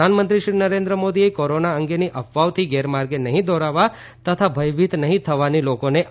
પ્રધાનમંત્રી નરેન્દ્ર મોદીએ કોરોના અંગેની અફવાઓથી ગેરમાર્ગે નહીં દોરાવા તથા ભયભીત નહીં થવાની લોકોને અપીલ કરી છે